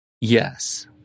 Yes